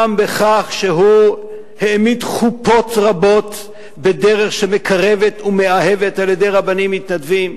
גם בכך שהוא העמיד חופות רבות בדרך שמקרבת ומאהבת על-ידי רבנים מתנדבים,